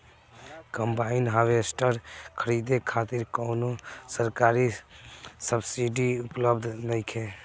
Combine harvester खरीदे खातिर कउनो सरकारी सब्सीडी उपलब्ध नइखे?